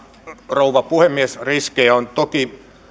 rouva puhemies riskejä on toki